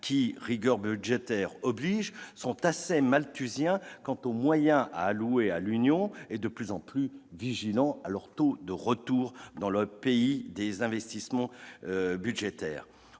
qui, rigueur budgétaire oblige, sont assez malthusiens quant aux moyens à allouer à l'Union et de plus en plus vigilants sur le taux de retour pour leur pays des investissements budgétaires.